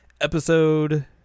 episode